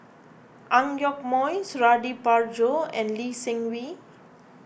Ang Yoke Mooi Suradi Parjo and Lee Seng Wee